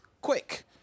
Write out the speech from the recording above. quick